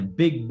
big